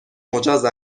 مجاز